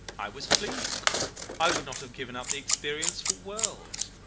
i was pleased i would not have given up the experience for worlds.